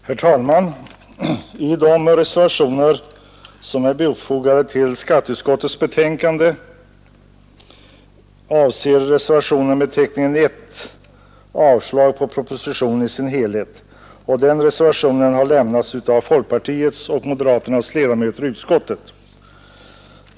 Herr talman! Bland de reservationer som fogats till utskottets betänkande avser den med beteckningen 1 avslag på propositionen i dess helhet. Den reservationen har lämnats av folkpartiets och moderaternas ledamöter i utskottet.